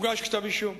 הוגש כתב אישום,